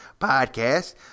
podcast